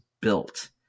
built